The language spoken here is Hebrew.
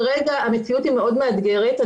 כרגע המציאות היא מאוד מאתגרת.